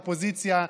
אופוזיציה,